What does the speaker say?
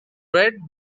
red